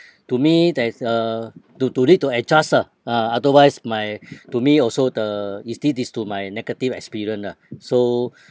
to me that is uh to to need to adjust ah ah otherwise my to me also the is thi~ this to my negative experience ah so